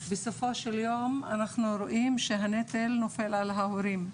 בסופו של יום אנחנו רואים שהנטל נופל על ההורים.